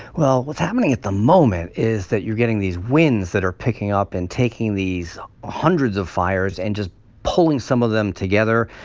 well, what's happening at the moment is that you're getting these winds that are picking up and taking these ah hundreds of fires and just pulling some of them together.